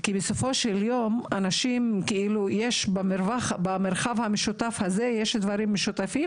כי בסופו של יום יש במרחב המשותף הזה דברים משותפים